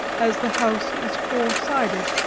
as the house is four-sided,